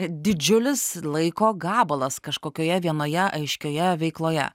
didžiulis laiko gabalas kažkokioje vienoje aiškioje veikloje